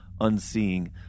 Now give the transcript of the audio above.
unseeing